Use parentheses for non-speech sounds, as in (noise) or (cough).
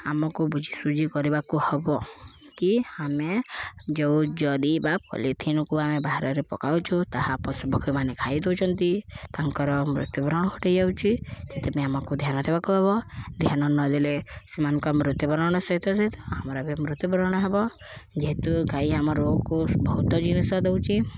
ଆମକୁ ବୁଝି ସୁଜି କରିବାକୁ ହବ କି ଆମେ ଯେଉଁ ଜରି ବା ପଲିଥିନକୁ ଆମେ ବାହାରରେ ପକାଉଛୁ ତାହା ପଶୁପକ୍ଷୀମାନେ ଖାଇ ଦଉଛନ୍ତି ତାଙ୍କର ମୃତ୍ୟୁବରଣ ଘଟିଯାଉଛି ସେଥିପାଇଁ ଆମକୁ ଧ୍ୟାନ ଦେବାକୁ ହବ ଧ୍ୟାନ ନଦେଲେ ସେମାନଙ୍କ ମୃତ୍ୟୁବରଣ ସହିତ ସହିତ ଆମର ବି ମୃତ୍ୟୁବରଣ ହବ ଯେହେତୁ ଗାଈ ଆମର (unintelligible) ବହୁତ ଜିନିଷ ଦଉଛି